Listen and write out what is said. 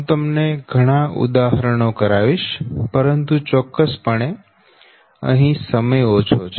હું તમને ઘણા ઉદાહરણો કરાવીશ પરંતુ ચોક્કસપણે અહી સમય ઓછો છે